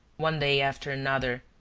one day after another,